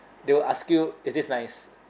they will ask you is this nice